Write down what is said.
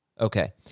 Okay